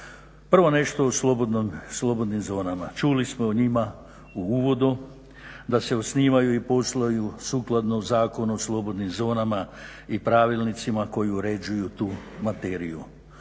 Prvo nešto o slobodnim zonama. Čuli smo o njima u uvodu da se osnivaju i posluju sukladno Zakonu o slobodnim zonama i pravilnicima koji uređuju tu materiju.